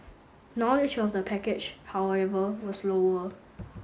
knowledge of the package however was lower